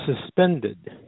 suspended